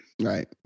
Right